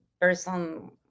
person